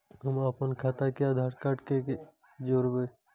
हम अपन खाता के आधार कार्ड के जोरैब?